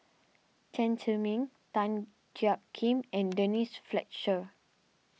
Chen Zhiming Tan Jiak Kim and Denise Fletcher